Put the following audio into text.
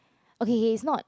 okay K K it's not